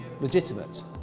legitimate